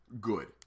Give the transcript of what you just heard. good